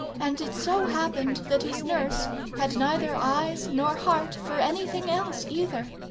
and it so happened that his nurse had neither eyes nor heart for anything else either.